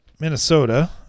Minnesota